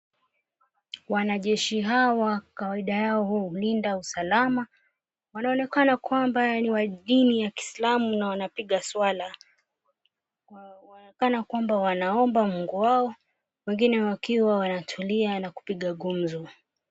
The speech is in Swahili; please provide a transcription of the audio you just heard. Wanajeshi hawa kawaida yao hulinda usalama. Wanaonekana kwamba ni wa dini ya kiislamu na wanapiga swala na wanaonekana kwamba wanaomba mungu wao wengine wakiwa wanatulia na kupiga gumzo.